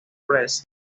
press